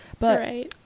Right